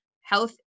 health